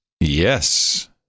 yes